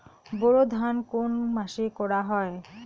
বোরো ধান কোন মাসে করা হয়?